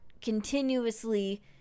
continuously